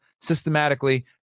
systematically